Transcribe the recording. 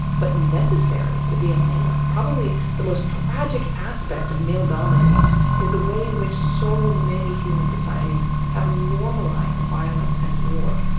but necessary to be a man. probably the most tragic aspect of male dominance is the way in which so many human societies have normalized violence and war.